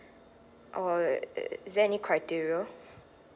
uh is is there any criteria